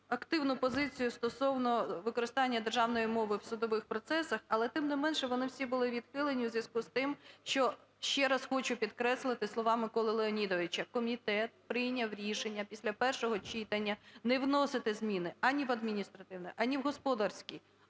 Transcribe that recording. активну позицію стосовно використання державної мови в судових процесах. Але, тим не менше, вони всі були відхилені у зв'язку з тим, що, ще раз хочу підкреслити слова Миколи Леонідовича: "Комітет прийняв рішення після першого читання не вносити зміни ані в адміністративний, ані в господарський,